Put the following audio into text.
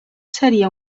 seria